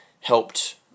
helped